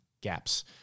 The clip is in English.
gaps